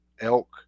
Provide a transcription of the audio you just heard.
elk